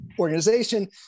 organization